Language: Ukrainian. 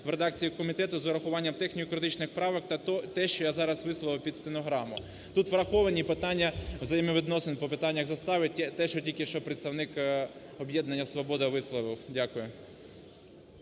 в редакції комітету з урахуванням техніко-юридичних правок та те, що я зараз висловив під стенограму. Тут враховані питання взаємовідносин по питаннях застави – те, що тільки що представник об'єднання "Свободи" висловив. Дякую.